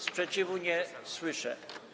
Sprzeciwu nie słyszę.